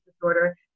disorder